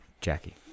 Jackie